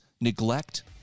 neglect